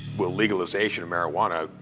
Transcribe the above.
will legalization of marijuana,